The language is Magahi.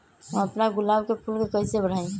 हम अपना गुलाब के फूल के कईसे बढ़ाई?